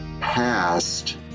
past